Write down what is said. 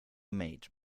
made